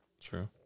True